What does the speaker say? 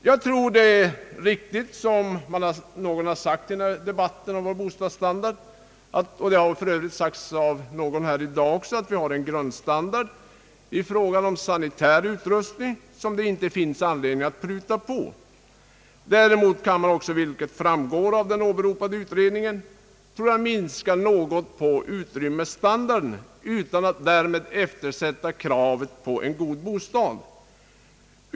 Jag tror det är riktigt som någon har sagt i debatten om vår bostadsstandard — det har för övrigt sagts av någon talare här också i dag — nämligen att vi har en grundstandard i fråga om sanitär utrustning som det inte finns anledning att pruta på. Däremot kan man också — vilket jag tror framgår av den åberopade utredningen — minska något på utrymmesstandarden utan att därmed eftersätta kravet på en god bostad.